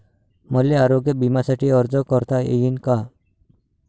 मले आरोग्य बिम्यासाठी अर्ज करता येईन का?